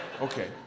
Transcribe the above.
Okay